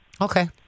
Okay